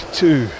two